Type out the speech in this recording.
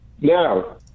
Now